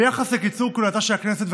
ביחס לקיצור כהונתה של הכנסת,